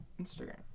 instagram